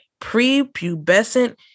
prepubescent